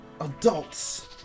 adults